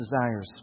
desires